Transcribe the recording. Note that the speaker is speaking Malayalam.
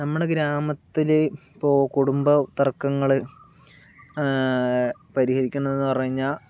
നമ്മുടെ ഗ്രാമത്തിൽ ഇപ്പോൾ കുടുംബ തർക്കങ്ങൾ പരിഹരിയ്ക്കുന്നതെന്നു പറഞ്ഞു കഴിഞ്ഞാൽ